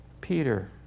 Peter